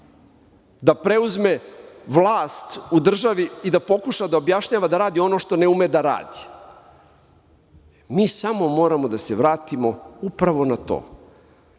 da preuzme vlast u državi i da pokuša da objašnjava, da radi ono što ne ume da radi. Mi samo moramo da se vratimo upravo na to.